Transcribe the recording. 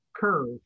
Curve